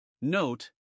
Note